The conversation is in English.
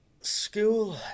school